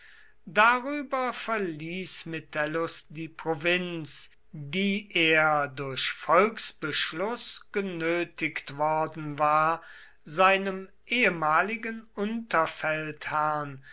darüber verließ metellus die provinz die er durch volksbeschluß genötigt worden war seinem ehemaligen